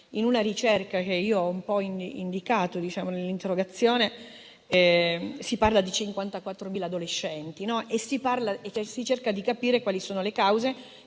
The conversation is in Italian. Nella ricerca che io ho indicato nell'interrogazione si parla di 54.000 adolescenti e si cerca di capire quali sono le cause